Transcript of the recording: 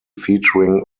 featuring